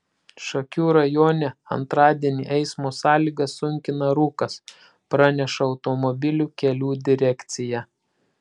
šakių rajone antradienį eismo sąlygas sunkina rūkas praneša automobilių kelių direkcija